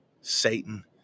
Satan